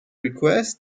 request